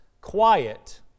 quiet